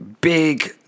big